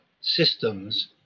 systems